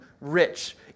rich